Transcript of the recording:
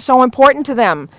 was so important to them